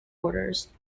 orders